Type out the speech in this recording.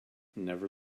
never